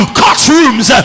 courtrooms